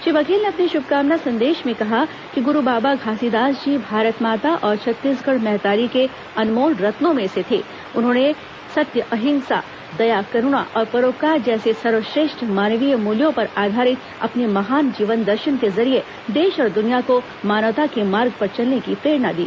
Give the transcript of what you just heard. श्री बघेल ने अपने शुभकामना संदेश में कहा कि गुरू बाबा घासीदास जी भारत माता और छत्तीसगढ़ महतारी के अनमोल रत्नों में र्स थे जिन्होंने सत्य अहिंसा दया करूणा और परोपकार जैसे सर्वश्रेष्ठ मानवीय मूल्यों पर आधारित अपने महान जीवन दर्शन के जरिये देश और दुनिया को मानवता के मार्ग पर चलने की प्रेरणा दी